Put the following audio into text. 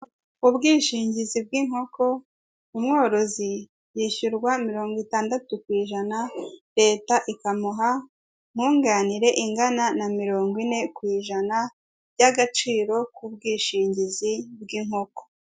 Ubwishingizi bw'inkoko, umworozi yishyurwa mirongo itandatu ku ijana, leta ikamuha nkunganire ingana na miringo ine ku ijana by'agaciro k'ubwishingizi bw'inkoko.